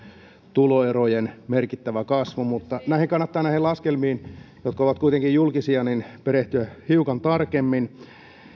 tuloerojen merkittävä kasvu mutta näihin laskelmiin jotka ovat kuitenkin julkisia kannattaa perehtyä hiukan tarkemmin